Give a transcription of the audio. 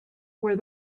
where